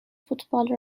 فوتبال